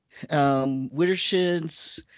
Wittershins